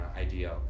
ideal